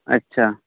ᱟᱪᱪᱷᱟ